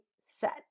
set